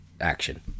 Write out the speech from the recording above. action